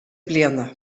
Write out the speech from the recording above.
bliana